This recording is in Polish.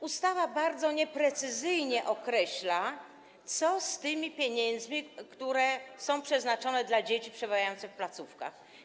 Ustawa bardzo nieprecyzyjnie określa, co z tymi pieniędzmi, które są przeznaczone dla dzieci przebywających w placówkach.